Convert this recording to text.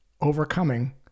overcoming